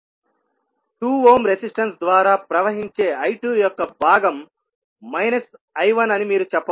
2 ohm resistance ద్వారా ప్రవహించే I2 యొక్క భాగం I1 అని మీరు చెప్పవచ్చు